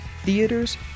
theaters